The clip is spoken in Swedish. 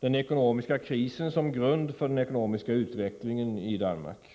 den ekonomiska krisen som grund för den ekonomiska utvecklingen i Danmark.